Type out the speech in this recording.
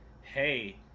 hey